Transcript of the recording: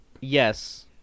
Yes